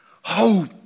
hope